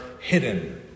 hidden